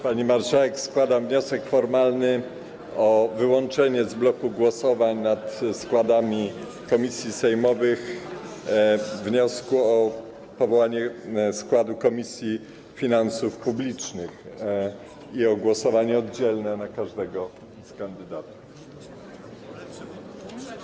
Pani marszałek, składam wniosek formalny o wyłączenie z bloku głosowań nad składami komisji sejmowych wniosku o powołanie składu Komisji Finansów Publicznych i o głosowanie oddzielne nad wszystkimi kandydaturami.